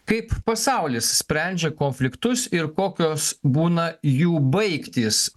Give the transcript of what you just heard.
kaip pasaulis sprendžia konfliktus ir kokios būna jų baigtys